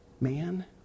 man